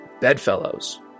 Bedfellows